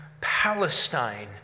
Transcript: Palestine